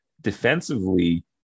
Defensively